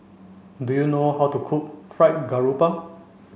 do you know how to cook Fried Garoupa